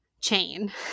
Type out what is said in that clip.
chain